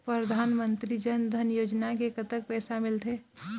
परधानमंतरी जन धन योजना ले कतक पैसा मिल थे?